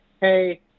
hey